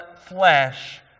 flesh